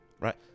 right